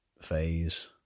phase